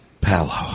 Palo